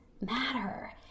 matter